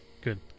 good